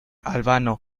albano